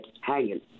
hanging